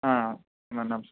న నమస్తే